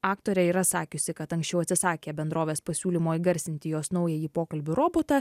aktorė yra sakiusi kad anksčiau atsisakė bendrovės pasiūlymo įgarsinti jos naująjį pokalbių robotą